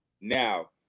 Now